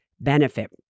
benefit